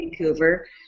Vancouver